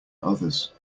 others